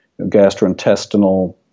gastrointestinal